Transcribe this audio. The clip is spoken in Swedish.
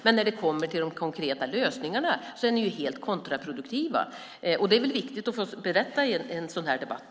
Men när det kommer till de konkreta lösningarna är ni helt kontraproduktiva. Det är viktigt att få berätta det i en sådan här debatt.